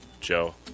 Joe